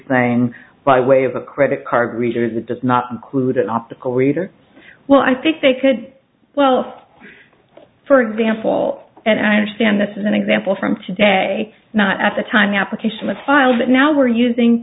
saying by way of a credit card readers that does not include an optical reader well i think they could well for example and i understand this is an example from today not at the time the application was filed but now we're using